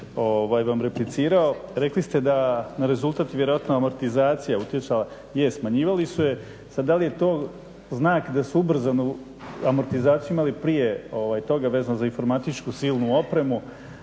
vam replicira. Rekli ste da rezultat vjerojatno amortizacija je utjecala je. Je, smanjivali su je. Sada da li je to znak da su ubrzano amortizaciju mali prije toga vezano za informatičku silnu opremu